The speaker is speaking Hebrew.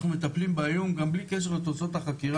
אנחנו מטפלים באיום גם בלי קשר לתוצאות החקירה,